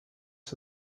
who